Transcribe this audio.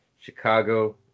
Chicago